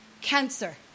Cancer